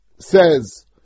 says